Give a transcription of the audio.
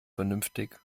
vernünftig